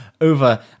over